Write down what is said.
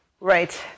Right